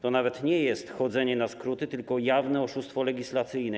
To nawet nie jest chodzenie na skróty, tylko jawne oszustwo legislacyjne.